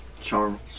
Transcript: Charles